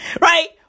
Right